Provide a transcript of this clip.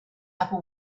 upper